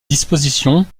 dispositions